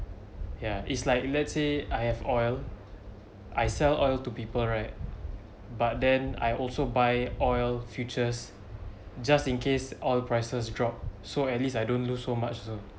ya it's like let's say I have oil I sell oil to people right but then I also buy oil futures just in case oil prices drop so at least I don't lose so much also